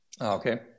okay